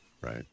Right